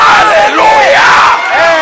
Hallelujah